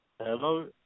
Hello